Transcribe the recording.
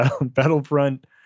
Battlefront